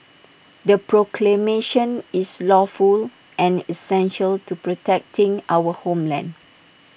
the proclamation is lawful and essential to protecting our homeland